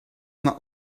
not